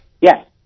Yes